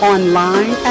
Online